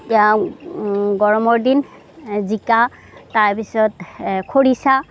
এতিয়া গৰমৰ দিন জিকা তাৰপিছত খৰিচা